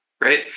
right